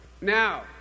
Now